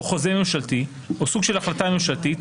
או חוזה ממשלתי או סוג של החלטה ממשלתית,